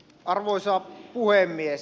arvoisa puhemies